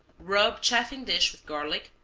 rub chafing dish with garlic,